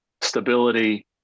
stability